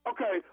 Okay